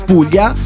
Puglia